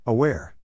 Aware